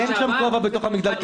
אין שם כובע בתוך גדל הפיקוח.